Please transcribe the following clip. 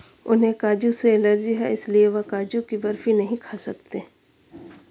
उन्हें काजू से एलर्जी है इसलिए वह काजू की बर्फी नहीं खा सकते